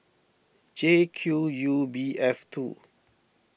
J Q U B F two